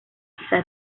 quizá